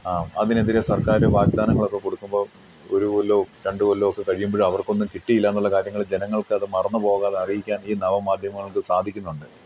അതിനെതിരെ സർക്കാർ വാഗ്ദാനങ്ങളൊക്കെ കൊടുക്കുമ്പോൾ ഒരു കൊല്ലവും രണ്ട് കൊല്ലവും ഒക്കെ കഴിയുമ്പോഴും അവർക്കൊന്നും കിട്ടിയില്ല എന്നുള്ള കാര്യങ്ങൾ ജനങ്ങൾക്കത് മറന്ന് പോകാതെ അറിയിക്കാൻ ഈ നവമാധ്യമങ്ങൾക്ക് സാധിക്കുന്നുണ്ട്